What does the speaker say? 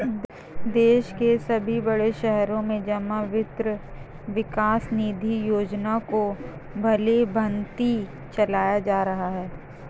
देश के सभी बड़े शहरों में जमा वित्त विकास निधि योजना को भलीभांति चलाया जा रहा है